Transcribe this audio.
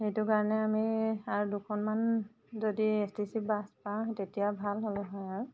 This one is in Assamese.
সেইটো কাৰণে আমি আৰু দুখনমান যদি এছ টি চি বাছ পাওঁ তেতিয়া ভাল হ'লে হয় আৰু